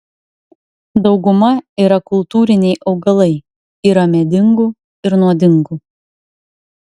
dauguma yra kultūriniai augalai yra medingų ir nuodingų